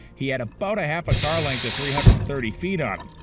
he had about a half a car length at three hundred and thirty feet on him.